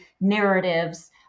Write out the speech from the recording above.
narratives